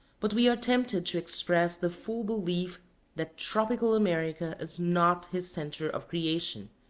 but we are tempted to express the full belief that tropical america is not his centre of creation.